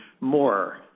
more